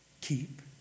keep